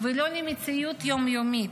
ולא למציאות יום-יומית?